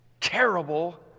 terrible